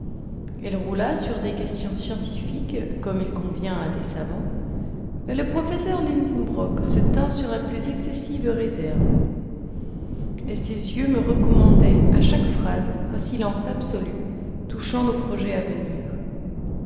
elle roula sur des questions scientifiques comme il convient à des savants mais le professeur lidenbrock se tint sur la plus excessive réserve et ses yeux me recommandaient à chaque phrase un silence absolu touchant nos projets à venir